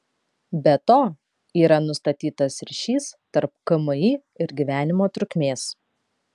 be to yra nustatytas ryšys tarp kmi ir gyvenimo trukmės